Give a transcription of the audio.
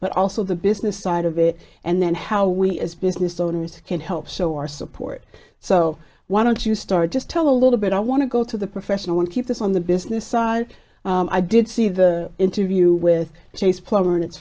but also the business side of it and then how we as business owners can help show our support so why don't you start just tell a little bit i want to go to the professional one keep this on the business side i did see the interview with chase plummer and it's